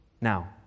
Now